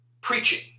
preaching